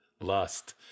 lust